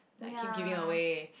ya